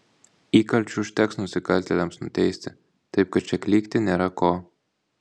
įkalčių užteks nusikaltėliams nuteisti taip kad čia klykti nėra ko